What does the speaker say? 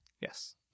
Yes